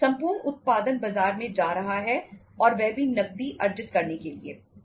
संपूर्ण उत्पादन बाजार में जा रहा है और वह भी नकदी अर्जित करने के लिए